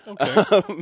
Okay